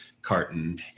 Carton